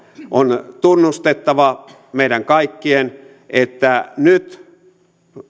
on tunnustettava meidän kaikkien että nyt